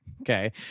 Okay